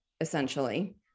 essentially